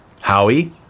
Howie